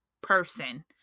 person